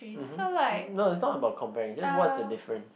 mmhmm no is not about comparing is just what is the difference